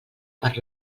per